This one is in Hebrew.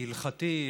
הלכתי,